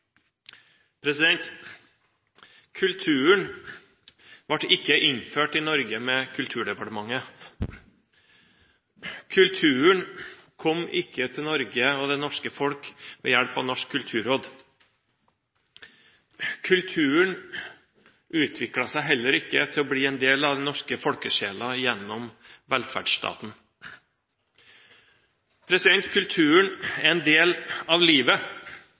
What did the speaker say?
Kulturen ble ikke innført i Norge med Kulturdepartementet. Kulturen kom ikke til Norge og det norske folk ved hjelp av Norsk kulturråd. Kulturen utviklet seg heller ikke til å bli en del av den norske folkesjela gjennom velferdsstaten. Kulturen er en del av livet.